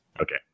Okay